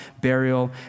burial